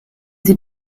sie